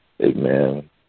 Amen